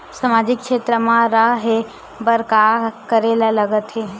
सामाजिक क्षेत्र मा रा हे बार का करे ला लग थे